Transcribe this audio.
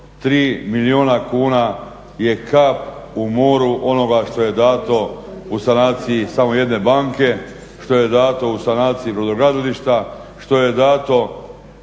303 milijuna kuna je kap u moru onoga što je dato u sanaciji samo jedne banke, što je dato u sanaciji brodogradilišta, što je dato